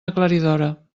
aclaridora